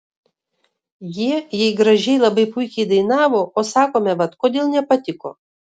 jie jei gražiai labai puikiai dainavo o sakome vat kodėl nepatiko